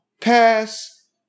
pass